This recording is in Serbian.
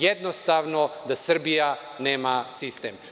Jednostavno da Srbija nema sistem.